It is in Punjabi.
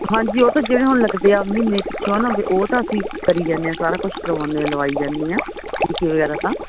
ਹਾਂਜੀ ਉਹ ਤਾਂ ਜਿਹੜੇ ਹੁਣ ਲੱਗਦੇ ਆ ਮਹੀਨੇ ਪਿੱਛੋਂ ਹੈ ਨਾ ਵੇ ਉਹ ਤਾਂ ਅਸੀਂ ਕਰੀ ਜਾਂਦੇ ਹਾਂ ਸਾਰਾ ਕੁਛ ਕਰਵਾਉਂਦੇ ਹਾਂ ਲਗਵਾਈ ਜਾਂਦੇ ਹਾਂ ਟੀਕੇ ਵਗੈਰਾ ਤਾਂ